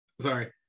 sorry